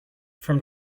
from